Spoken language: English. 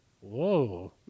Whoa